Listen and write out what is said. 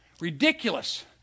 Ridiculous